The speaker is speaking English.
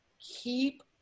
Keep